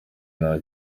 nta